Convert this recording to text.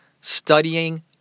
studying